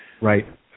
right